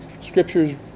scriptures